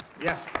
yes.